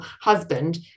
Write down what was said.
husband